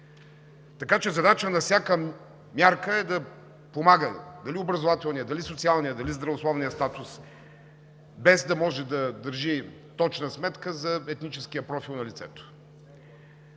Така че задача на всяка мярка е да помагаме – дали образователният, дали социалният, дали здравословният статус, без да може да държи точна сметка за етническия профил на лицето.